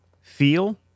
feel